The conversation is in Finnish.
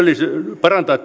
parantaa